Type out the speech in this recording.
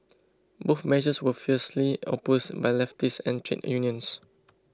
both measures were fiercely opposed by leftists and trade unions